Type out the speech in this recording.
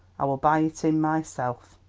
i will buy it in myself.